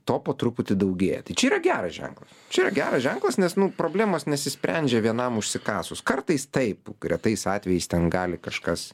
to po truputį daugėja tai čia yra geras ženklas čia yra geras ženklas nes nu problemos nesisprendžia vienam užsikasus kartais taip retais atvejais ten gali kažkas